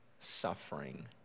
suffering